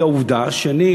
עובדה שאני,